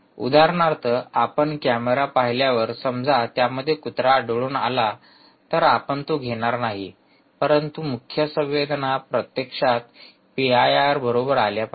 उदाहरणार्थ आपण कॅमेरा पाहिल्यावर समजा त्या मध्ये कुत्रा आढळून आला तर आपण तो घेणार नाही परंतु मुख्य संवेदना प्रत्यक्षात पीआयआर बरोबर आल्या पाहिजे